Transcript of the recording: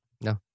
no